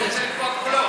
אתה לא רוצה לקבוע גבולות.